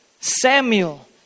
Samuel